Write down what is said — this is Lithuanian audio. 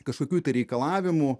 kažkokių reikalavimų